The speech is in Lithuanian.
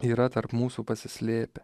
yra tarp mūsų pasislėpę